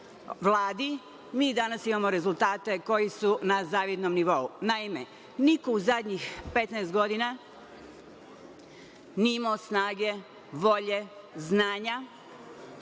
Vladi, mi danas imamo rezultate koji su na zavidnom nivou. Naime, niko u zadnjih 15 godina nije imao snage, volje, znanja,